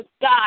God